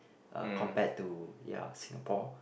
uh compared to ya Singapore